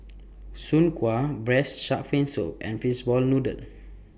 Soon Kway Braised Shark Fin Soup and Fishball Noodle